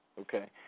Okay